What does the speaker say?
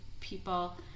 people